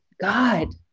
god